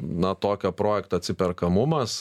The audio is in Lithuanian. na tokio projekto atsiperkamumas